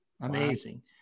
Amazing